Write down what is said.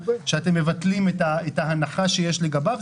שאתם מבטלים את ההנחה לגביו,